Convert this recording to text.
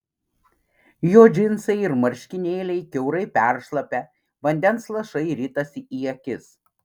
jo džinsai ir marškinėliai kiaurai peršlapę vandens lašai ritasi į akis